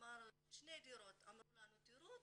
שתי דירות אמרו לנו "תראו ותבחרו".